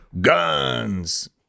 Guns